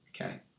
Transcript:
Okay